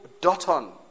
dot-on